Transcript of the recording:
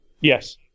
Yes